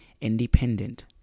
independent